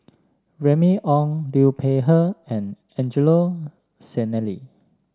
Remy Ong Liu Peihe and Angelo Sanelli